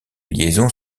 liaisons